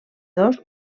dos